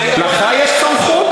לך יש סמכות?